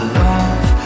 love